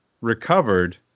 recovered